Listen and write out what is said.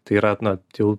tai yra na tai jau